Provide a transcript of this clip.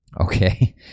Okay